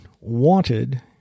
wanted